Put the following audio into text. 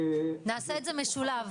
נעשה את זה משולב,